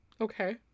okay